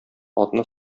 атны